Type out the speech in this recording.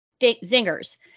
zingers